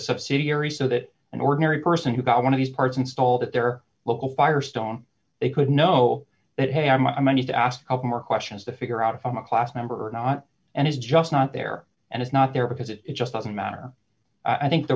subsidiary so that an ordinary person who got one of these parts installed at their local firestone they could know that hey i'm i need to ask more questions to figure out if i'm a class member or not and it's just not there and it's not there because it just doesn't matter i think the